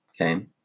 okay